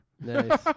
Nice